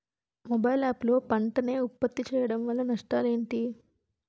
Mobile app లో పంట నే ఉప్పత్తి చేయడం వల్ల నష్టాలు ఏంటి?